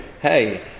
Hey